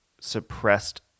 suppressed